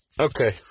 okay